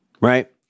right